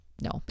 no